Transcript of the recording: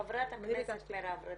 חברת הכנסת מירב,